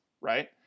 right